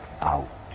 out